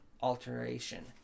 alteration